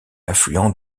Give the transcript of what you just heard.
affluent